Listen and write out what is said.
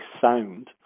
sound